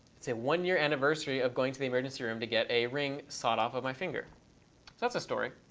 it's a one year anniversary of going to the emergency room to get a ring sawed off of my finger. so that's a story.